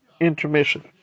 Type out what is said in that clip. intermission